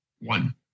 One